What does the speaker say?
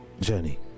journey